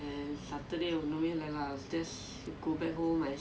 ya it's like satisfying lah I get what you mean